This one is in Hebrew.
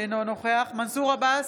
אינו נוכח מנסור עבאס,